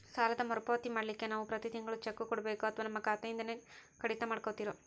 ಸಾಲದ ಮರುಪಾವತಿ ಮಾಡ್ಲಿಕ್ಕೆ ನಾವು ಪ್ರತಿ ತಿಂಗಳು ಚೆಕ್ಕು ಕೊಡಬೇಕೋ ಅಥವಾ ನಮ್ಮ ಖಾತೆಯಿಂದನೆ ಕಡಿತ ಮಾಡ್ಕೊತಿರೋ?